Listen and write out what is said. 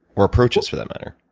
or approaches, for that matter.